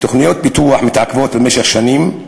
תוכניות פיתוח מתעכבות במשך שנים,